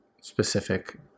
specific